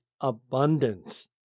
abundance